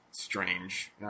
Strange